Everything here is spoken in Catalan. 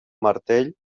martell